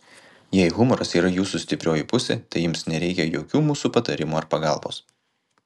jei humoras yra jūsų stiprioji pusė tai jums nereikia jokių mūsų patarimų ar pagalbos